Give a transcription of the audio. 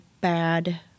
bad